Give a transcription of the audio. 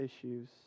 issues